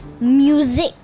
music